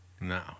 No